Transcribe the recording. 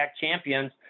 champions